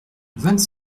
vingt